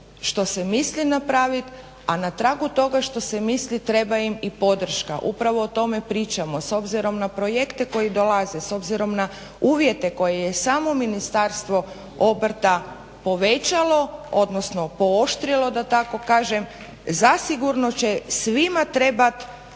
što se misli napravit, a na tragu toga što se misli treba im i podrška, u pravo o tome pričamo. S obzirom na projekte koji dolaze, s obzirom na uvjete koje je samo Ministarstvo obrta povećalo, odnosno pooštrilo da tako kažem, zasigurno će svima trebat